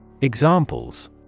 Examples